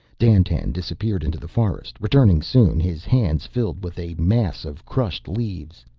dandtan disappeared into the forest, returning soon, his hands filled with a mass of crushed leaves.